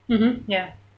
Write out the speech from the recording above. mmhmm ya